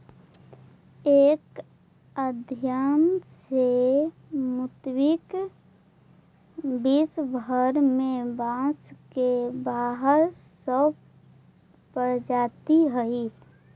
एक अध्ययन के मुताबिक विश्व भर में बाँस के बारह सौ प्रजाति हइ